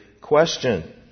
question